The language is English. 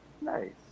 Nice